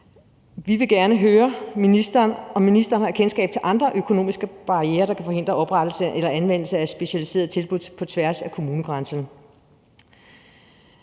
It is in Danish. Vi vil gerne høre ministeren, om ministeren har kendskab til andre økonomiske barrierer, der kan forhindre oprettelse eller anvendelse af specialiserede tilbud på tværs af kommunegrænserne.